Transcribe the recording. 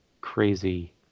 crazy